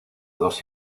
dos